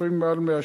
לפעמים מעל 100 שקל.